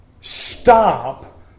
stop